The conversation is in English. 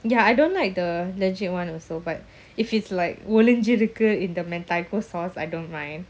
ya I don't like the legit [one] also but if it's like ஒளிஞ்சிருக்குஇந்த:olinchiruku indha in the mentaiko sauce I don't mind